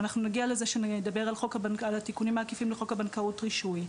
נגיע לזה כשנדבר על התיקונים העקיפים לחוק הבנקאות (רישוי).